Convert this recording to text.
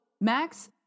Max